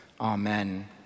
Amen